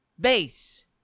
base